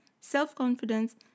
Self-confidence